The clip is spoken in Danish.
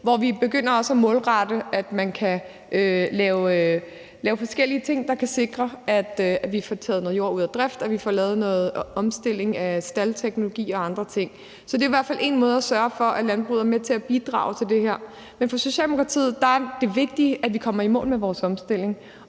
benytter målretning, sådan at man kan lave forskellige ting, der kan sikre, at vi får taget noget jord ud af drift, og at vi får lavet omstilling af staldteknologi og andre ting. Det er i hvert fald én måde at sørge for, at landbruget er med til at bidrage til det her. For Socialdemokratiet er det vigtige, at vi kommer i mål med vores omstilling,